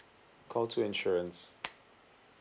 call two insurance